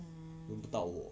轮不到我